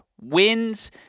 wins